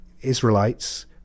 Israelites